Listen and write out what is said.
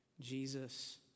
Jesus